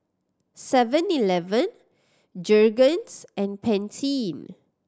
Seven Eleven Jergens and Pantene